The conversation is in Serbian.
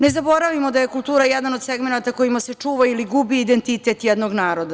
Ne zaboravimo da je kultura jedan od segmenata kojima se čuva ili gubi identitet jednog naroda.